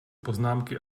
poznámky